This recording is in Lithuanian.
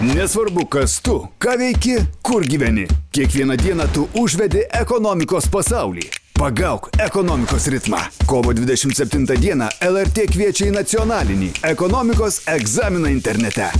nesvarbu kas tu ką veiki kur gyveni kiekvieną dieną tu užvedi ekonomikos pasaulį pagauk ekonomikos ritmą kovo dvidešimt septintą dieną el er t kviečia į nacionalinį ekonomikos egzaminą internete